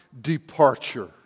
departure